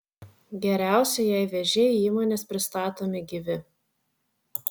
geriausia jei vėžiai į įmones pristatomi gyvi